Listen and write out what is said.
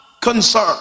concern